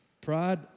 pride